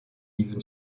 even